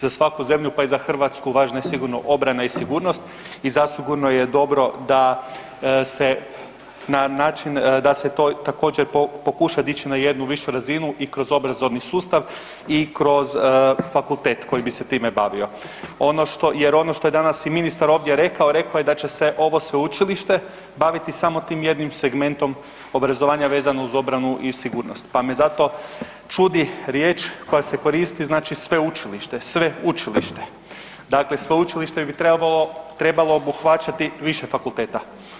Za svaku zemlju, pa i za Hrvatsku, važno je sigurno obrana i sigurnost i zasigurno je dobro da se na način, da se to također, pokuša dići na jednu višu razinu i kroz obrazovni sustav i kroz fakultet koji bi se time bavio jer ono što je danas i ministar ovdje rekao, rekao je da će se ovo Sveučilište baviti samo tim jednim segmentom obrazovanja vezano uz obranu i sigurnost, pa me zato čudi riječ koja se koristi, znači, sveučilište, sve-učilište, dakle sveučilište bi trebalo obuhvaćati više fakulteta.